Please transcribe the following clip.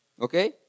Okay